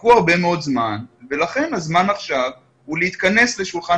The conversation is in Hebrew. חיכו הרבה מאוד זמן ולכן הזמן עכשיו הוא להתכנס לשולחן